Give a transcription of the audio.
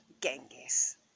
Genghis